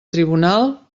tribunal